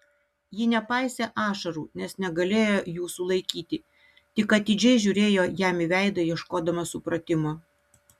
ji nepaisė ašarų nes negalėjo jų sulaikyti tik atidžiai žiūrėjo jam į veidą ieškodama supratimo